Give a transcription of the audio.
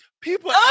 people